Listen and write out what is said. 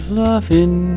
loving